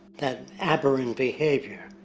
that aberrant behavior,